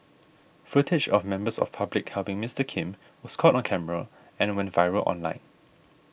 footage of members of public helping Mister Kim was caught on camera and went viral online